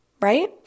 Right